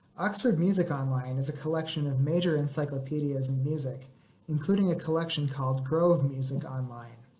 oxford music online is a collection of major encyclopedias and music including a collection called grove music online.